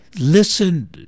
Listen